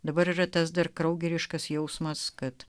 dabar yra tas dar kraugeriškas jausmas kad